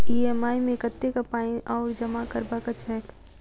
EMI मे कतेक पानि आओर जमा करबाक छैक?